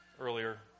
earlier